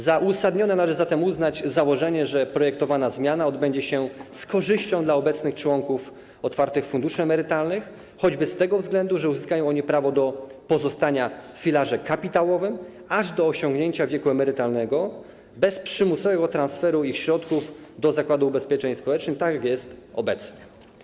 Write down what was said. Za uzasadnione należy zatem uznać założenie, że projektowana zmiana odbędzie się z korzyścią dla obecnych członków otwartych funduszy emerytalnych, choćby z tego względu, że uzyskają oni prawo do pozostania w filarze kapitałowym aż do osiągnięcia wieku emerytalnego, bez przymusowego transferu ich środków do Zakładu Ubezpieczeń Społecznych, tak jak jest obecnie.